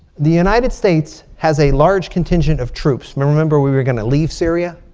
the united states has a large contingent of troops. now remember, we were going to leave syria.